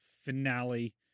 Finale